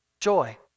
joy